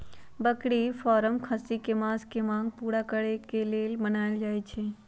बकरी फारम खस्सी कें मास के मांग पुरा करे लेल बनाएल जाय छै